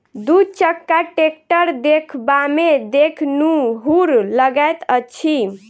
दू चक्का टेक्टर देखबामे देखनुहुर लगैत अछि